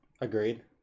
Agreed